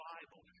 Bible